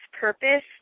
purpose